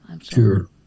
Sure